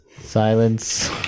Silence